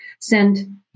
send